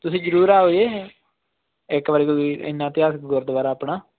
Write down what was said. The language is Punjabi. ਤੁਸੀਂ ਜ਼ਰੂਰ ਆਇਓ ਜੀ ਇੱਕ ਵਾਰੀ ਤੁਸੀਂ ਇੰਨਾ ਇਤਿਹਾਸਕ ਗੁਰਦੁਆਰਾ ਆਪਣਾ